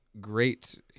great